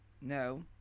No